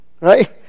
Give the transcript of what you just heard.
Right